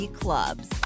clubs